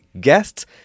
guests